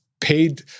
Paid